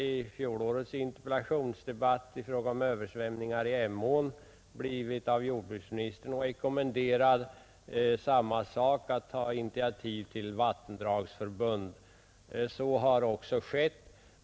I fjolårets interpellationsdebatt om översvämningar i Emån blev även jag av jordbruksministern rekommenderad att ta initiativ till bildandet av vattenvårdsförbund. Så har också skett.